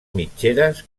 mitgeres